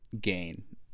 gain